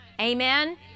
Amen